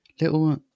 Little